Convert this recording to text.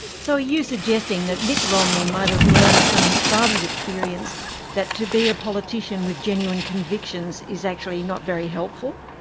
so are you suggesting that mitt romney might have learned from his father's experience that to be a politician with genuine convictions is actually not very helpful?